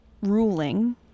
ruling